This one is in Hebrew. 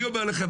אני אומר לכם,